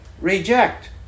reject